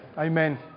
Amen